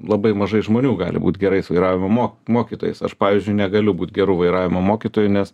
labai mažai žmonių gali būt gerais vairavimo mo mokytojas aš pavyzdžiui negaliu būti geru vairavimo mokytoju nes